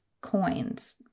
coins